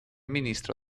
ministro